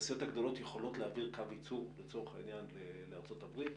התעשיות הגדולות יכולות להעביר קו ייצור לצורך העניין לארצות הברית,